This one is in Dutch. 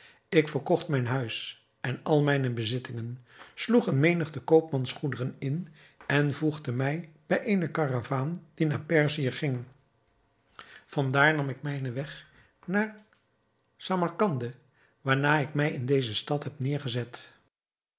ik verkocht mijn huis en al mijne bezittingen sloeg eene menigte koopmansgoederen in en voegde mij bij eene karavaan die naar perzië ging van daar nam ik mijnen weg naar samarcande waarna ik mij in deze stad heb neêrgezet